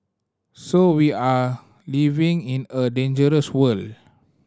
so we are living in a dangerous world